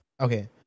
okay